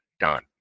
Done